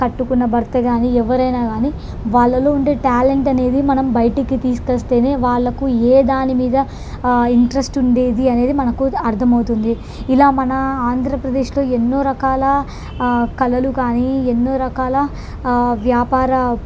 కట్టుకున్న భర్త కానీ ఎవ్వరైనా కానీ వాళ్ళలో ఉండే ట్యాలెంట్ అనేది మనం బయటికి తీసుకొస్తేనే వాళ్ళకు ఏ దానిమీద ఇంట్రెస్ట్ ఉండేది అనేది మనకు అర్థమవుతుంది ఇలా మన ఆంధ్రప్రదేశ్లో ఎన్నో రకాల కళలు కానీ ఎన్నో రకాల వ్యాపార